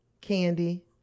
Candy